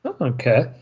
Okay